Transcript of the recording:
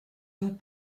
vous